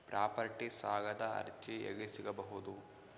Property ಸಾಲದ ಅರ್ಜಿ ಎಲ್ಲಿ ಸಿಗಬಹುದು?